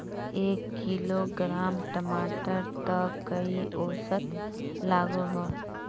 एक किलोग्राम टमाटर त कई औसत लागोहो?